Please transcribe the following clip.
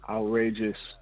Outrageous